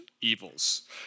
evils